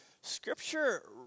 Scripture